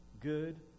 good